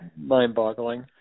mind-boggling